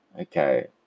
Okay